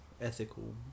ethical